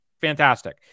fantastic